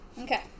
Okay